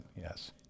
Yes